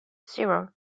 zero